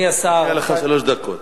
יש לך שלוש דקות.